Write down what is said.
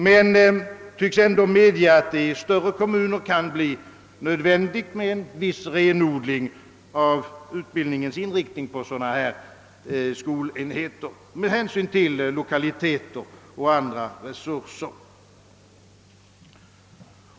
Man tycks ändå medge, att det i större kommuner synes bli nödvändigt med en viss renodling av utbildningens inriktning på sådana här skolenheter med hänsyn till lokaliteter och andra resurser.